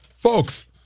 Folks